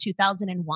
2001